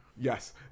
Yes